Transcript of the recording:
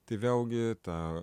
tai vėlgi ta